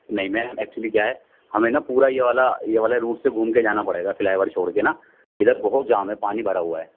نہیں ma'am actually کیا ہے ہمیں نا پورا یہ والا یہ والا روٹ سے گھوم کے جانا پڑے گا فلائی اوور چھوڑ کے نا ادھر بہت جام ہے پانی بھرا ہوا ہے